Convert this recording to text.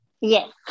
Yes